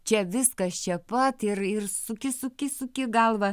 čia viskas čia pat ir ir suki suki suki galvą